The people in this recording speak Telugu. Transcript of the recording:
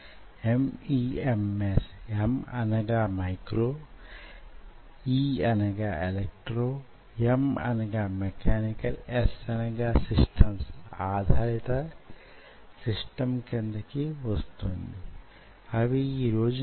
మ్యో ట్యూబ్ నుండి వచ్చే శక్తి కానీ మ్యో ట్యూబ్ పై న ప్రభావం చూపే శక్తిని గాని స్టోనీ సమీకరణం లేదా ఈక్వెషన్ సహాయంతో అంచనా వేయవచ్చు